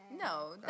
No